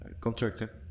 contractor